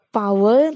power